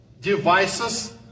devices